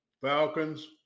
Falcons